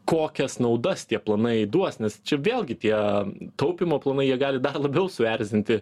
kokias naudas tie planai duos nes čia vėlgi tie taupymo planai jie gali dar labiau suerzinti